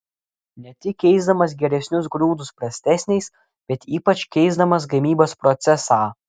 ne tik keisdamas geresnius grūdus prastesniais bet ypač keisdamas gamybos procesą